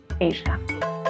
Asia